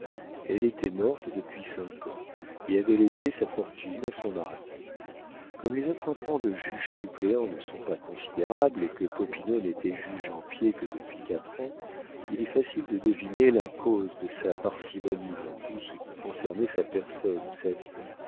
elle était morte depuis cinq ans et avait laissé sa fortune à son mari comme les appointements de juge-suppléant ne sont pas considérables et que popinot n'était juge en pied que depuis quatre ans il est facile de deviner la cause de sa parcimonie dans tout ce qui concernait sa personne ou sa vie